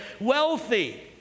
wealthy